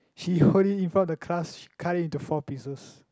she hold it in front of the class she cut it into four pieces